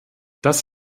das